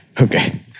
okay